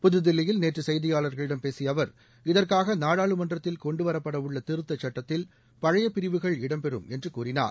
புதுதில்லியில் நேற்ற செய்தியாளர்களிடம் பேசிய அவர் இதற்காக நாடாளுமன்றத்தில் கொண்டுவரப்படவுள்ள திருத்தச் சுட்டத்தில் பழைய பிரிவுகள் இடம்பெறும் என்று கூறினார்